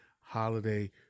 holiday